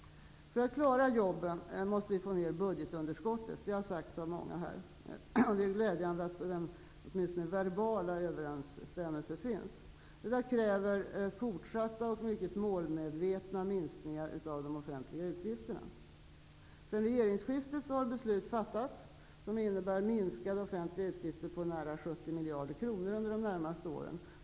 För att klara jobben måste vi få ned budgetunderskottet. Det har sagts av många här. Det är glädjande att åtminstone den verbala överensstämmelsen finns. Detta kräver fortsatta och mycket målmedvetna minskningar av de offentliga utgifterna. Sedan regeringsskiftet har beslut fattats som innebär minskade offentliga utgifter på nära 70 miljarder kronor under de närmaste åren.